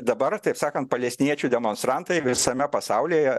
dabar taip sakant palestiniečių demonstrantai visame pasauly